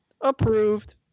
Approved